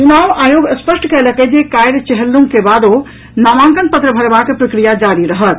चुनाव आयोग स्पष्ट कयलक अछि जे काल्हि चेहल्लूम के बादो नामांकन पत्र भरबाक प्रक्रिया जारी रहत